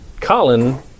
Colin